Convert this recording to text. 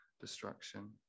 destruction